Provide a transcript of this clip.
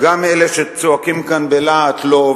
גם אלה שצועקים כאן בלהט "לא",